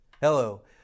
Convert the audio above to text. Hello